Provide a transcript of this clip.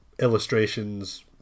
illustrations